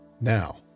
Now